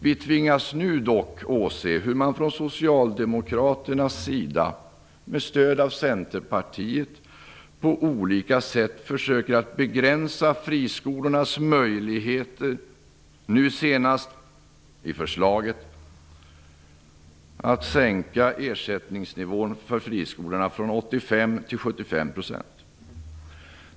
Nu tvingas vi dock åse hur man från Socialdemokraternas sida med stöd av Centerpartiet på olika sätt försöker begränsa friskolornas möjligheter - nu senast med förslaget att sänka ersättningsnivån för friskolorna från 85 till 75 %.